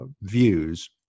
views